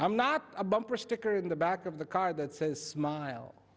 i'm not a bumper sticker in the back of the car that says smile